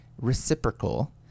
reciprocal